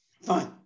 Fine